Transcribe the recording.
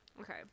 Okay